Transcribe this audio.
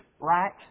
right